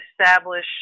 establish